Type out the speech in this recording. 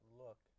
look